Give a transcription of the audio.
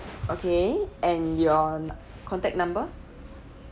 okay and your num~ contact number